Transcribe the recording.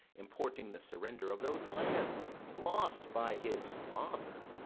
importing the surrender of those lands lost by his father,